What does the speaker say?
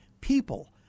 people